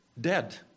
dead